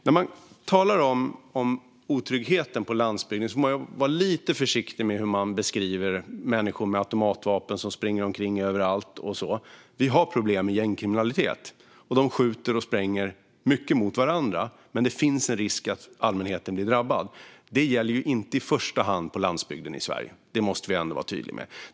När vi talar om otryggheten på landsbygden får vi vara försiktiga med beskrivningar av människor med automatvapen som springer omkring överallt. Vi har problem med gängkriminalitet. De skjuter och spränger mycket mot varandra, och det finns en risk att allmänheten drabbas. Men det gäller inte i första hand på landsbygden i Sverige. Det måste vi ändå vara tydliga med.